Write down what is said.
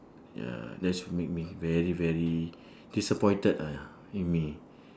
ya that's make me very very disappointed lah make me